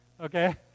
Okay